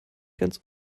ganz